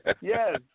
Yes